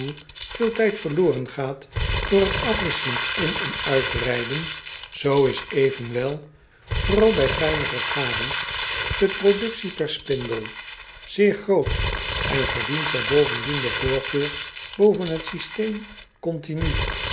veel tijd verloren gaat door het afwisselend in en uitrijden zoo is evenwel vooral bij fijnere garens de productie per spindel zeer groot en verdient zij bovendien de voorkeur boven het